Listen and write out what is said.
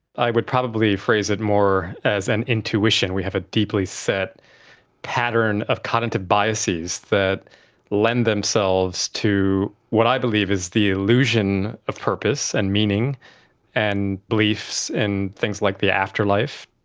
i would probably phrase it more as an intuition, we have a deeply set pattern of cognitive biases that lend themselves to what i believe is the illusion of purpose and meaning and beliefs in things like the afterlife,